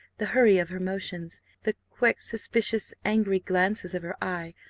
the hurry of her motions, the quick, suspicious, angry glances of her eye,